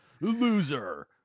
Loser